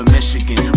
Michigan